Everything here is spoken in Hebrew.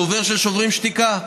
הדובר של שוברים שתיקה.